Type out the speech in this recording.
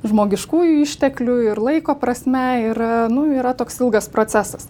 žmogiškųjų išteklių ir laiko prasme ir nu yra toks ilgas procesas